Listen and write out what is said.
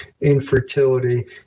infertility